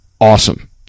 Awesome